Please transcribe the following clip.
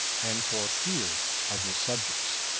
and for fear of his subjects.